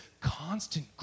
constant